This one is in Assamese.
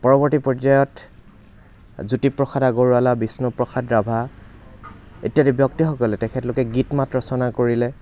পৰৱৰ্তী পৰ্যায়ত জ্যোতিপ্ৰসাদ আগৰৱালা বিষ্ণুপ্ৰসাদ ৰাভা ইত্যাদি ব্যক্তিসকলে তেখেতলোকে গীত মাত ৰচনা কৰিলে